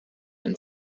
and